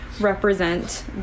represent